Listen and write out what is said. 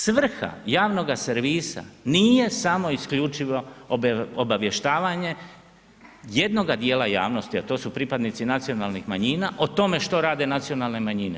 Svrha javnog servisa nije samo i isključivo obavještavanje jednoga djela javnosti a to su pripadnici nacionalnih manjina o tome što rade nacionalne manjine.